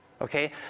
Okay